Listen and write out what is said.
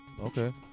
Okay